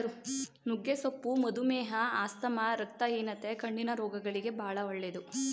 ನುಗ್ಗೆ ಸೊಪ್ಪು ಮಧುಮೇಹ, ಆಸ್ತಮಾ, ರಕ್ತಹೀನತೆ, ಕಣ್ಣಿನ ರೋಗಗಳಿಗೆ ಬಾಳ ಒಳ್ಳೆದು